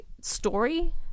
story